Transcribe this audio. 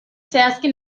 zehazki